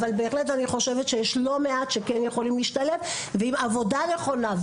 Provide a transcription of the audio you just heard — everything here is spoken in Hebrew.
אבל בהחלט אני חושבת שיש לא מעט שכן יכולים להשתלב עם עבודה נכונה.